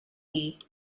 thee